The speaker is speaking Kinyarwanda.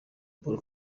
paul